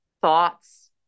thoughts